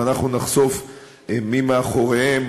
אם אנחנו נחשוף מי מאחוריהם,